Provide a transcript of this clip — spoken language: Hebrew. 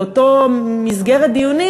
באותה מסגרת דיונים,